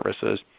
services